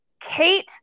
Kate